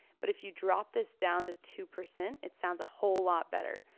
but if you drop this down to two percent it sounds a whole lot better.